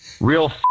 Real